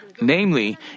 Namely